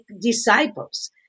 disciples